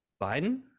Biden